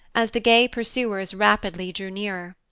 as the gay pursuers rapidly drew nearer.